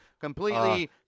Completely